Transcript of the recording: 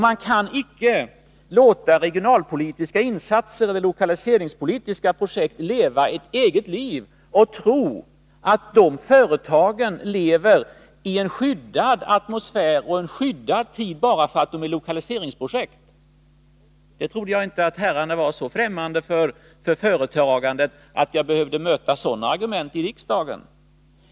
Man kan icke låta regionalpolitiska insatser eller lokaliseringspolitiska projekt leva ett eget liv och tro att de företagen lever i en skyddad atmosfär och en skyddad tid bara för att de är lokaliseringsprojekt. Jag trodde inte att herrarna var så främmande för företagande att jag behövde möta sådana argument i riksdagen.